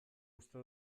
uste